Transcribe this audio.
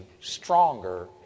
stronger